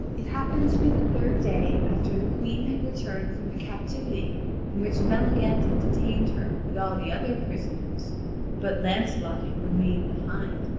it happened to be the third day after the queen had returned from the captivity in which maleagant had detained her with all the other prisoners but lancelot had remained behind,